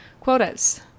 quotas